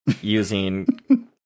using